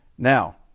Now